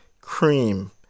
cream